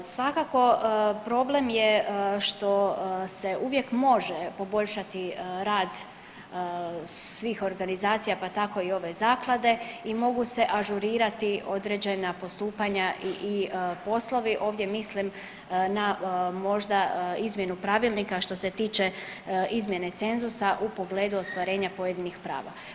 Svakako problem je što se uvijek može poboljšati rad svih organizacija pa tako i ove zaklade i mogu se ažurirati određena postupanja i poslovi, ovdje mislim na možda izmjenu pravilnika što se tiče izmjene cenzusa u pogledu ostvarenja pojedinih prava.